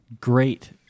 Great